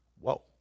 Whoa